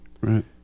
Right